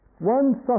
one